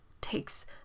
takes